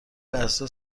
لحظه